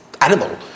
animal